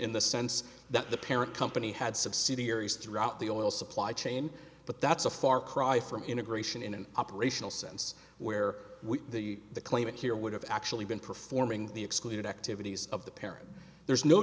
in the sense that the parent company had subsidiaries throughout the oil supply chain but that's a far cry from integration in an operational sense where we the the claimant here would have actually been performing the excluded activities of the parent there's no